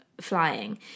flying